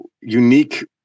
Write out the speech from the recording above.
unique